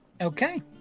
Okay